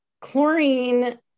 Chlorine